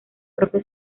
propio